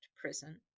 prison